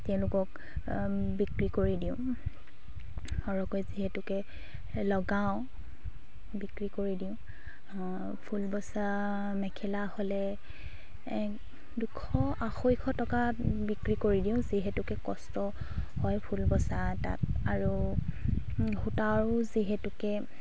তেওঁলোকক বিক্ৰী কৰি দিওঁ সৰহকৈ যিহেতুকে লগাওঁ বিক্ৰী কৰি দিওঁ ফুল বচা মেখেলা হ'লে দুশ আঢ়ৈশ টকাত বিক্ৰী কৰি দিওঁ যিহেতুকে কষ্ট হয় ফুল বচা তাঁত আৰু সূতাও যিহেতুকে